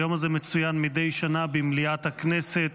היום הזה מצוין מדי שנה במליאת הכנסת.